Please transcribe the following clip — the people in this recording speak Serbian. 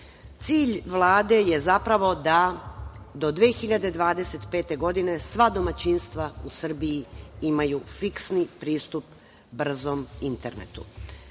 Cilj Vlade je, zapravo, da do 2025. godine sva domaćinstva u Srbiji imaju fiksni pristup brzom internetu.